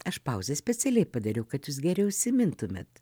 aš pauzes specialiai padariau kad jūs geriau įsimintumėt